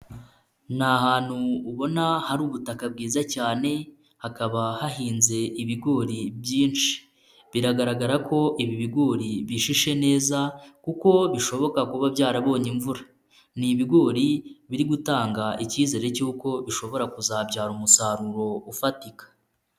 Ni ahantutu ubona hari ubutaka bwiza cyane hakaba hahinze ibigori byinshi biragaragara ko ibi bigori bishishe neza kuko bishobora kuba byarabonye imvura, ni ibigori biri gutanga ikizere cy'uko bishobora kuzabyara umusaruro ufatika.